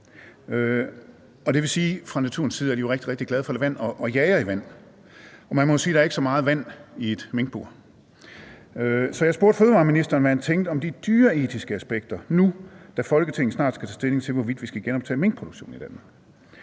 er rigtig, rigtig glade for vand og jager i vand, og man må jo sige, at der ikke er så meget vand i et minkbur. Så jeg spurgte fødevareministeren om, hvad han tænkte om de dyreetiske aspekter nu, da Folketinget snart skal tage stilling til, hvorvidt vi skal genoptage minkproduktionen i Danmark.